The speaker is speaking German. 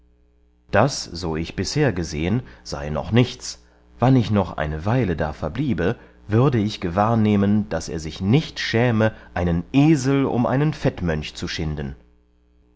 das so ich bisher gesehen sei noch nichts wann ich noch eine weile da verbliebe würde ich gewahr nehmen daß er sich nicht schäme einen esel um einen fettmönch zu schinden